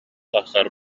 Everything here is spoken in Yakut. тахсар